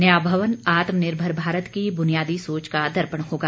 नया भवन आत्मनिर्भर भारत की बुनियादी सोच का दर्पण होगा